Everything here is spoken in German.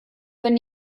wenn